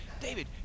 David